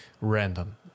random